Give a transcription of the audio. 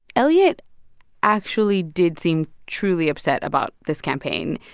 elliot actually did seem truly upset about this campaign.